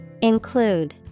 Include